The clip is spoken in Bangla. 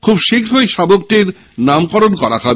খুবশীঘ্রই শাবকটির নামকরণ করা হবে